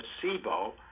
placebo